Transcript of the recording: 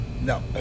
no